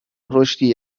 رشدی